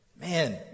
Man